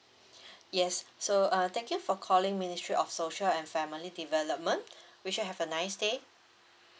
yes so uh thank you for calling ministry of social and family development wish you have a nice day